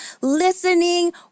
listening